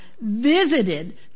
visited